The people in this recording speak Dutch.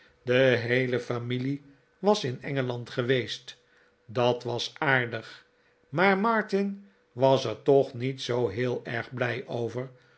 de heele familie was in engeland geweest dat was aardig maar martin was er toch niet zoo heel erg blij over